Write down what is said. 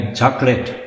chocolate